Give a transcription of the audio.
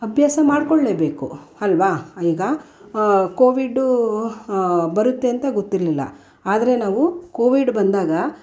ಅಭ್ಯಾಸ ಮಾಡಿಕೊಳ್ಳೇಬೇಕು ಅಲ್ಲವಾ ಈಗ ಕೋವಿಡೂ ಬರುತ್ತೆ ಅಂತ ಗೊತ್ತಿರಲಿಲ್ಲ ಆದರೆ ನಾವು ಕೋವಿಡ್ ಬಂದಾಗ